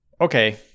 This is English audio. okay